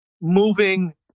moving